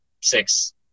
Six